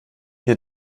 ihr